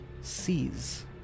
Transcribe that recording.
sees